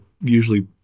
usually